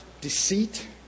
deceit